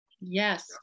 yes